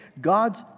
God's